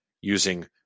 using